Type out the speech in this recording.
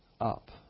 up